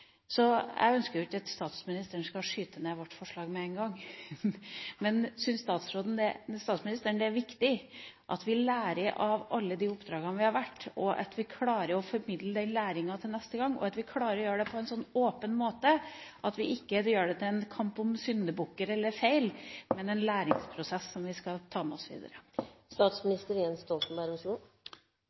Jeg ønsker ikke at statsministeren skal «skyte» ned vårt forslag med en gang. Men syns statsministeren det er viktig at vi lærer av alle de oppdragene vi har vært med på, at vi klarer å formidle den læringen til neste gang, og at vi klarer å gjøre det på en så åpen måte at vi ikke gjør det til en kamp om syndebukker, eller feil, men en læringsprosess som vi skal ta med oss videre?